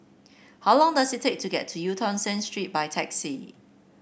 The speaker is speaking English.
how long does it take to get to Eu Tong Sen Street by taxi